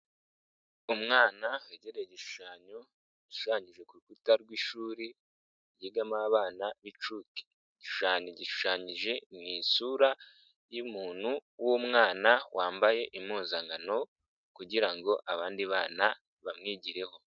Umwana wegereye igishushanyo gishushanyije ku rukuta rw'ishuri ryigamo abana b'inshuke, igishushanyo gishushanyije mu isura y'umuntu w'umwana wambaye impuzankano kugira ngo abandi bana bamwigireho.